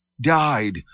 died